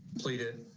plead it